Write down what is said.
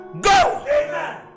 Go